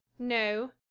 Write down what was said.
No